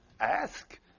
ask